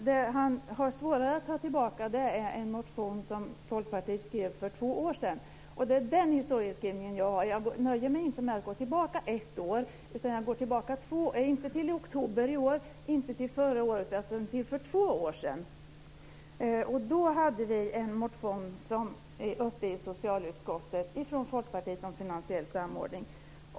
Det han har svårare att ta tillbaka är en motion som Folkpartiet skrev för två år sedan. Det är den historieskrivningen jag har. Jag nöjer mig inte med att gå tillbaka ett år, utan jag går tillbaka inte till oktober i år, inte till förra året utan till för två år sedan. Då hade vi en motion uppe i socialutskottet från Folkpartiet om finansiell samordning.